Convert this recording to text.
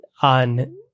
on